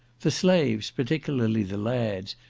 the slaves, particularly the lads,